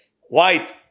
white